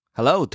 Hello